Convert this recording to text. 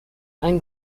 ein